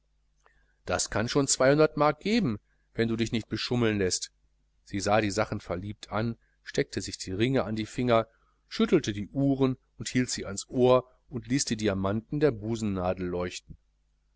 das kann schon zweihundert mark geben wenn du dich nicht beschummeln läßt sie sah die sachen verliebt an steckte sich die ringe an die finger schüttelte die uhren und hielt sie ans ohr und ließ die diamanten der busennadel leuchten